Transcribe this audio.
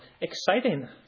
exciting